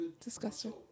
Disgusting